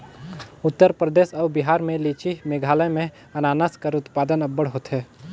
उत्तर परदेस अउ बिहार में लीची, मेघालय में अनानास कर उत्पादन अब्बड़ होथे